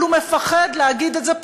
אבל הוא מפחד להגיד את זה פוליטית.